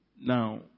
Now